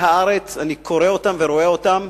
שבילי הארץ, אני קורא אותם ורואה אותם